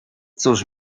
cóż